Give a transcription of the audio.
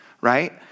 right